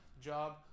Job